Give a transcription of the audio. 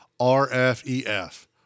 RFEF